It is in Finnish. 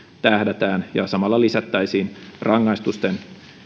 tähdätään samalla lisättäisiin rangaistusten